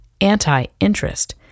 anti-interest